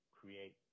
create